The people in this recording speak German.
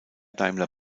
daimler